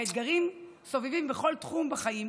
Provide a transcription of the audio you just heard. האתגרים סובבים בכל תחום בחיים,